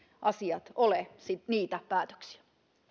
asiat ole niitä päätöksiä